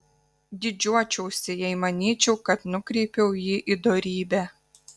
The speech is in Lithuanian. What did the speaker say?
didžiuočiausi jei manyčiau kad nukreipiau jį į dorybę